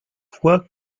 fois